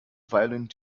violent